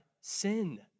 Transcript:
sin